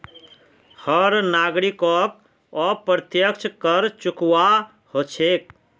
हर नागरिकोक अप्रत्यक्ष कर चुकव्वा हो छेक